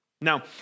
Now